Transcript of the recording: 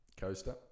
Coaster